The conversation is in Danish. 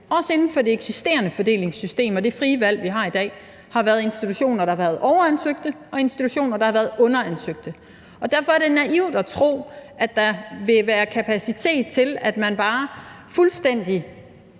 også inden for det eksisterende fordelingssystem og det frie valg, vi har i dag – har været institutioner, der er overansøgte, og institutioner, der har været underansøgte. Og derfor er det også naivt at tro, at der vil være kapacitet til, at man bare fuldstændig